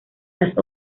las